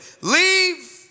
Leave